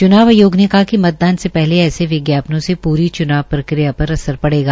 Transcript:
च्नाव आयोग ने कहा कि मतदान से पहले ऐसे विज्ञापनों से पूरी चुनाव प्रक्रिया पर असर पड़ेगा